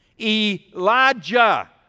Elijah